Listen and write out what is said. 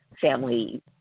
family